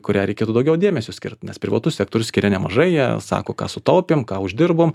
kuriai reikėtų daugiau dėmesio skirti nes privatus sektorius skiria nemažai jie sako ką sutaupėe ką uždirbom